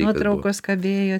nuotraukos kabėjo